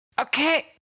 Okay